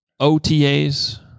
OTAs